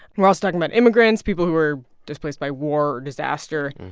we're also talking about immigrants, people who were displaced by war or disaster.